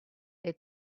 they